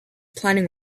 planning